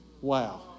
Wow